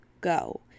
go